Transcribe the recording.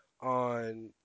on